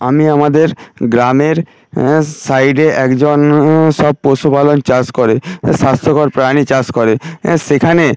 আমি আমাদের গ্রামের সাইডে একজন সব পশুপালন চাষ করে স্বাস্থ্যকর প্রাণী চাষ করে সেখানে